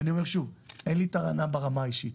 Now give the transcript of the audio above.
ואני אומר שוב: אין לי טענה ברמה האישית,